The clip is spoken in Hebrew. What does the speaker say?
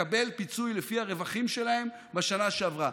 לקבל פיצוי לפי הרווחים שלהם בשנה שעברה.